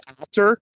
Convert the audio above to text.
actor